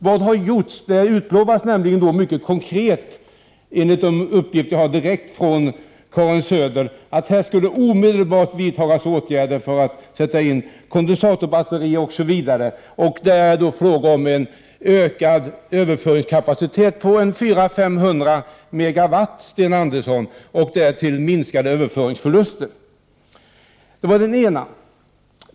Vad har då gjorts? Det utlovades nämligen mycket konkret, enligt de uppgifter jag har direkt från Karin Söder, att åtgärder omedelbart skulle vidtas för att sätta in kondensatorbatterier osv. Det handlar om en ökad överföringskapacitet om 400-500 MW, Sten Andersson, och därtill minskade överföringsförluster.